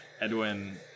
Edwin